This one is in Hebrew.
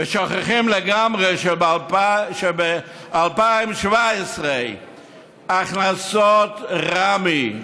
ושוכחים לגמרי שב-2017 הכנסות רמ"י,